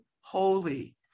holy